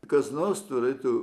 kas nors turėtų